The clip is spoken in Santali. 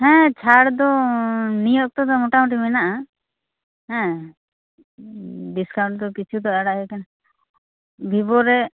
ᱦᱮᱸ ᱪᱷᱟᱲ ᱫᱚ ᱱᱤᱭᱟ ᱚᱠᱛᱚ ᱫᱚ ᱢᱚᱴᱟ ᱢᱚᱴᱤ ᱢᱮᱱᱟᱜᱼᱟ ᱦᱮᱸ ᱰᱤᱥᱠᱟᱭᱩᱱᱴ ᱫᱚ ᱠᱤᱪᱷᱩ ᱫᱚ ᱟᱲᱟᱜ ᱦᱩᱭᱟᱠᱟᱱᱟ ᱵᱷᱤᱵᱚ ᱨᱮ